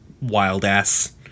wild-ass